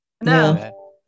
No